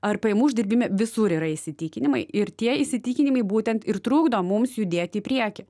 ar pajamų uždirbime visur yra įsitikinimai ir tie įsitikinimai būtent ir trukdo mums judėt į priekį